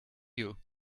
you